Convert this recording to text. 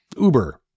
Uber